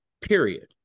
period